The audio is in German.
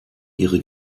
ihre